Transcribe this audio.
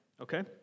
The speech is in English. okay